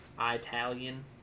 Italian